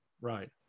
right